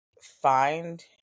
find